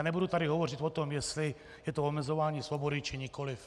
Nebudu tady hovořit o tom, jestli je to omezování svobody, či nikoliv.